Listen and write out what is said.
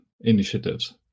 initiatives